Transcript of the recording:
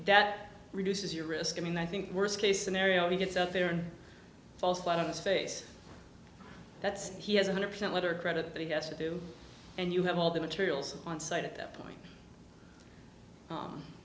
that reduces your risk i mean i think worst case scenario he gets out there and falls flat on its face that's he has one hundred percent letter credit but he has to do and you have all the materials on site at that point